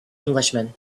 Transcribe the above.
englishman